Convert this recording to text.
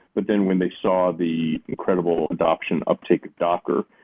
but then when they saw the incredible adoption uptake of docker,